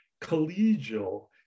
collegial